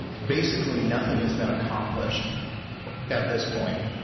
basically nothing has been accomplished at this point.